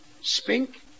Spink